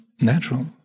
natural